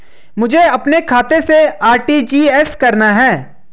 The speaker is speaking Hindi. मुझे अपने खाते से आर.टी.जी.एस करना?